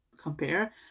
compare